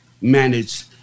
managed